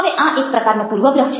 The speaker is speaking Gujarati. હવે આ એક પ્રકારનો પૂર્વગ્રહ છે